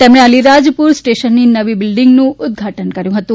તેમણે અલિરાજપુર સ્ટેશનની નવી બિલ્ડીંગનું ઉદઘાટન કર્યું હતું